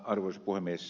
arvoisa puhemies